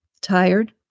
Tired